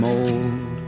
old